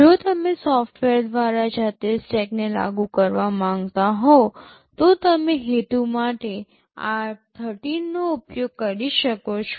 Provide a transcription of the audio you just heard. જો તમે સોફ્ટવેર દ્વારા જાતે સ્ટેકને લાગુ કરવા માંગતા હો તો તમે હેતુ માટે r13 નો ઉપયોગ કરી શકો છો